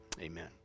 amen